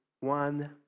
one